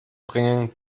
bringen